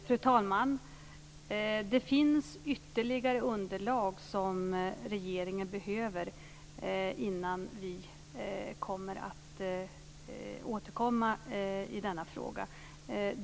Fru talman! Regeringen behöver ytterligare underlag innan vi återkommer i denna fråga.